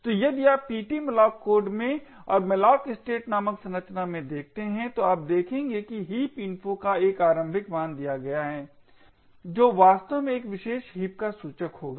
तो यदि आप ptmalloc कोड में और malloc state नामक संरचना में देखते हैं तो आप देखेंगे कि heap info का एक आरंभिक मान दिया गया है जो वास्तव में एक विशेष हीप का सूचक होगा